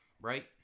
right